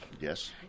Yes